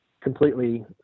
completely